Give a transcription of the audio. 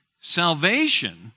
Salvation